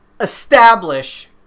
establish